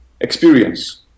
experience